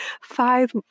five